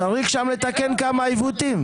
צריך לתקן שם כמה עיוותים.